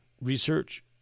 research